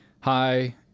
hi